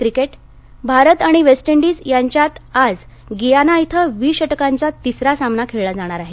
cricket Bharat आणि West Indies यांच्यात आज गियाना इथं आज वीस षटकांचा तिसरा सामना खेळला जाणार आहे